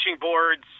boards